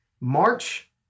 March